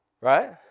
right